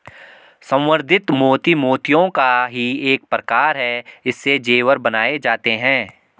संवर्धित मोती मोतियों का ही एक प्रकार है इससे जेवर बनाए जाते हैं